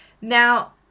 Now